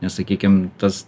nes sakykim tas